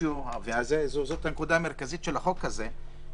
זאת הנקודה המרכזית בחוק הזה,